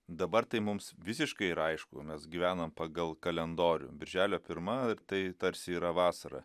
dabar tai mums visiškai yra aišku mes gyvenam pagal kalendorių birželio pirma tai tarsi yra vasara